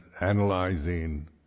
analyzing